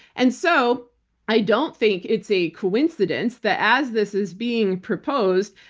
and so i don't think it's a coincidence that as this is being proposed,